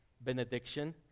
benediction